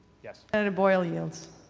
yes. senator boyle yields.